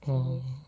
oh